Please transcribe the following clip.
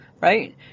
Right